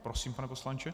Prosím, pane poslanče.